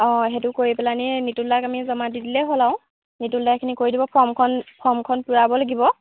অঁ সেইটো কৰি পেলানি নিতুল দাক আমি জমা দি দিলে হ'ল আৰু নিতুল দাই এইখিনি কৰি দিব ফৰ্মখন ফৰ্মখন পূৰাব লাগিব